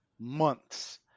months